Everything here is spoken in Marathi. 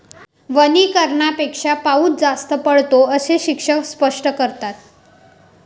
वनीकरणापेक्षा पाऊस जास्त पडतो, असे शिक्षक स्पष्ट करतात